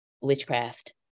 witchcraft